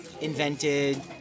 invented